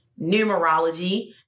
Numerology